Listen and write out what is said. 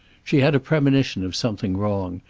she had a premonition of something wrong,